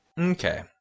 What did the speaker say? okay